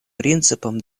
принципам